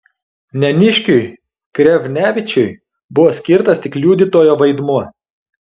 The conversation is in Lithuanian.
neniškiui krevnevičiui buvo skirtas tik liudytojo vaidmuo